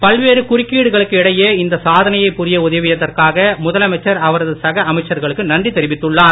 பல்வேறு குறுக்கீடுகளுக்கு இடையே இந்த சாதனையை புரிய உதவியதற்காக முதலமைச்சர் அவரது சக அமைச்சர்களுக்கு நன்றி தெரிவித்துள்ளார்